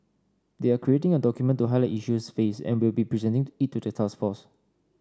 they are creating a document to highlight issues faced and will be presenting it to the task force